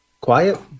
quiet